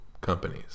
companies